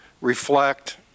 reflect